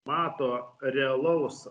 mato realaus